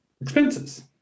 Expenses